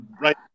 right